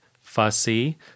fussy